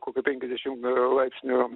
kokių penkiasdešim laipsnių